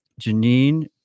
Janine